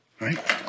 Right